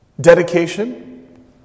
Dedication